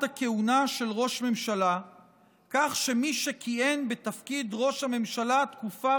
הכהונה של ראש ממשלה כך שמי שכיהן בתפקיד ראש הממשלה תקופה